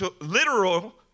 literal